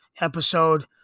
episode